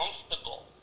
comfortable